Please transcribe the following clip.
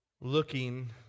looking